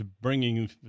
bringing